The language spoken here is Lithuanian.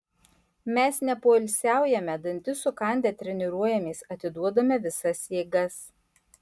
mes nepoilsiaujame dantis sukandę treniruojamės atiduodame visas jėgas